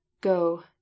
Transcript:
Go